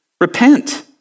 Repent